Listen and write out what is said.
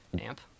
amp